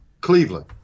Cleveland